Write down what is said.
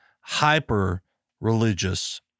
hyper-religious